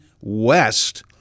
west